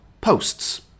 posts